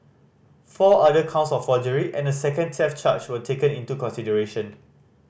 four other counts of forgery and a second theft charge were taken into consideration